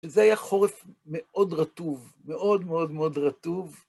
וזה היה חורף מאוד רטוב, מאוד מאוד מאוד רטוב.